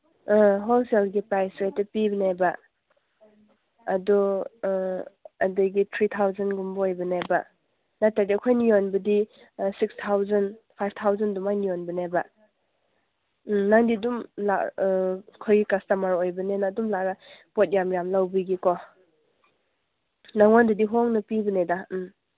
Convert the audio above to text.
ꯑ ꯍꯣꯜꯁꯦꯜꯒꯤ ꯄ꯭ꯔꯥꯏꯁ ꯔꯦꯠꯇ ꯄꯤꯕꯅꯦꯕ ꯑꯗꯨ ꯑꯗꯒꯤ ꯊ꯭ꯔꯤ ꯊꯥꯎꯖꯟꯒꯨꯝꯕ ꯑꯣꯏꯕꯅꯦꯕ ꯅꯠꯇ꯭ꯔꯗꯤ ꯑꯩꯈꯣꯏꯅ ꯌꯣꯟꯕꯗꯤ ꯁꯤꯛꯁ ꯊꯥꯎꯖꯟ ꯐꯥꯏꯚ ꯊꯥꯎꯖꯟ ꯑꯗꯨꯃꯥꯏꯅ ꯌꯣꯟꯕꯅꯦꯕ ꯎꯝ ꯅꯪꯒꯤ ꯑꯩꯈꯣꯏꯒꯤ ꯀꯁꯇꯔꯃꯔ ꯑꯣꯏꯕꯅꯤꯅ ꯑꯗꯨꯝ ꯂꯥꯛꯑꯒ ꯄꯣꯠ ꯌꯥꯝ ꯌꯥꯝ ꯂꯧꯕꯒꯤꯀꯣ ꯅꯉꯣꯟꯗꯗꯤ ꯍꯣꯡꯅ ꯄꯤꯕꯅꯤꯗ ꯎꯝ